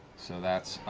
so that's